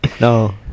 no